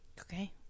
okay